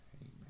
Amen